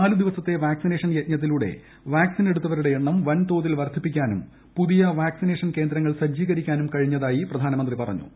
നാല് ദിവസത്തെ വാക്സിനേഷൻ യജ്ഞത്തിലൂടെ വാക്സിൻ എടുത്തവരുടെ എണ്ണം വൻതോതിൽ വർദ്ധിപ്പിക്കാനും പുതിയ വാക്സിനേഷൻ കേന്ദ്രങ്ങൾ സജ്ജീകരിക്കാനും കഴിഞ്ഞതായി പ്രധാനമന്ത്രി പറഞ്ഞു